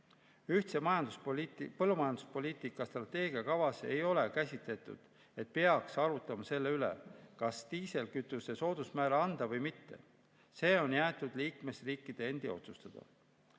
Ühise põllumajanduspoliitika strateegiakavas ei ole öeldud, et peaks arutama selle üle, kas diislikütuse soodusmäära [rakendada] või mitte. See on jäetud liikmesriikide endi otsustada.